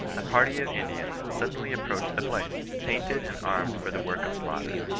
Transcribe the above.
a party of indians suddenly approached the place, painted and armed for the work of slaughter.